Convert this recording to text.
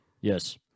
Yes